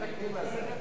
התקדים הזה?